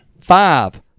Five